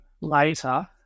later